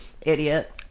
idiot